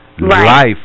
Life